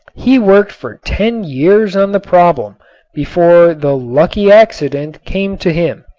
he worked for ten years on the problem before the lucky accident came to him.